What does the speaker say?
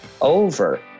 Over